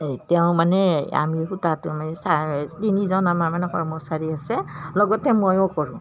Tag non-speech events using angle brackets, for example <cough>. এই তেওঁ মানে আমি সূতাটো মানে <unintelligible> তিনিজন আমাৰ মানে কৰ্মচাৰী আছে লগতে ময়ো কৰোঁ